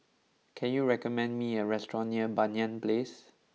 can you recommend me a restaurant near Banyan Place